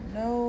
no